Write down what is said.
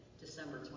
December